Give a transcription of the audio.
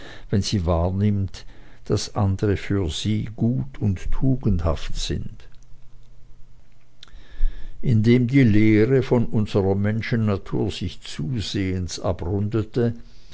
wenn sie wahrnimmt daß andere für sie gut und tugendhaft sind indem die lehre von unserer menschennatur sich zusehends abrundete